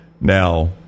Now